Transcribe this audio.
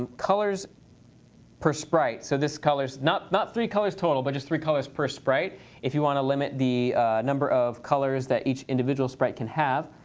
and colors per sprite, so this is colors not not three colors total but just three colors per sprite if you want to limit the number of colors that each individual sprite can have.